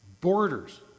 Borders